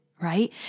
right